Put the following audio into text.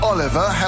Oliver